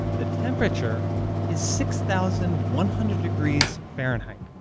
the temperature is six thousand one hundred degrees fahrenheit.